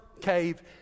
cave